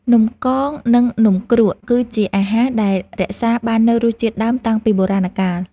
នំកង និងនំគ្រក់ គឺជាអាហារដែលរក្សាបាននូវរសជាតិដើមតាំងពីបុរាណកាល។